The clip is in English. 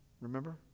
remember